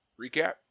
recap